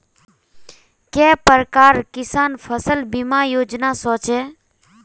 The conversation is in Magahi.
के प्रकार किसान फसल बीमा योजना सोचें?